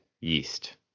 yeast